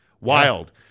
wild